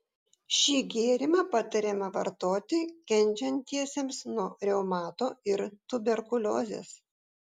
šį gėrimą patariama vartoti kenčiantiesiems nuo reumato ir tuberkuliozės